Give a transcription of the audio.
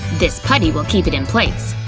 this putty will keep it in place.